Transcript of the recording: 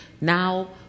now